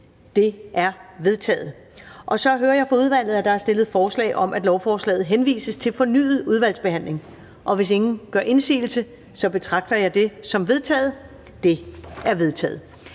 Det er vedtaget. Så hører jeg fra udvalget, at der er stillet forslag om, at lovforslaget henvises til fornyet udvalgsbehandling. Hvis ingen gør indsigelse, betragter jeg det som vedtaget. Det er vedtaget.